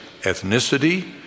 ethnicity